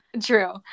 True